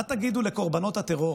מה תגידו לקורבנות הטרור